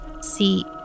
See